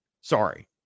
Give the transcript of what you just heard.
Sorry